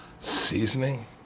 seasoning